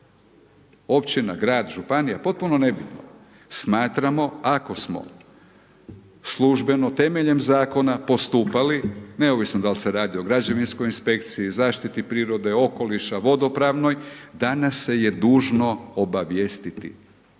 općina, grad, županija potpuno nebitno smatramo ako smo službeno temeljem zakona postupali, neovisno da li se radi o građevinskoj inspekciji, zaštiti prirode, okoliša, vodopravnoj da nas se je dužno obavijestiti.